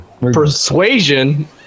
Persuasion